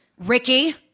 Ricky